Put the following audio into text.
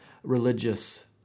Religious